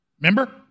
Remember